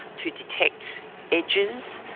to detect edges,